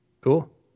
Cool